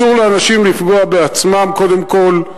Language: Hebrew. אסור לאנשים לפגוע בעצמם, קודם כול,